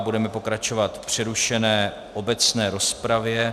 Budeme pokračovat v přerušené obecné rozpravě.